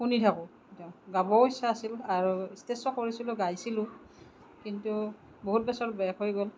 শুনি থাকোঁ গাবও ইচ্ছা আছিল আৰু ষ্টেজ শ্ব' কৰিছিলোঁ গাইছিলোঁ কিন্তু বহুত বছৰ বেক হৈ গ'ল